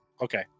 Okay